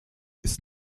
ist